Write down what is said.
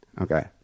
Okay